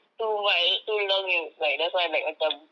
too wild too long in that's why I'm like macam